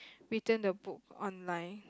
return the book online